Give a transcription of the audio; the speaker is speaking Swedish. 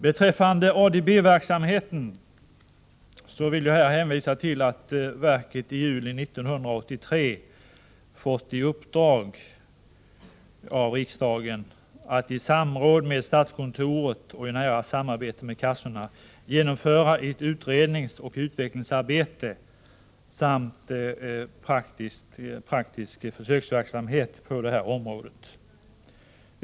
Beträffande ADB-verksamheten vill jag hänvisa till att riksförsäkringsverket den 1 juli 1983 fick i uppdrag av riksdagen att i samråd med statskontoret och i nära samarbete med kassorna genomföra ett utredningsoch utvecklingsarbete samt bedriva praktisk försöksverksamhet på området.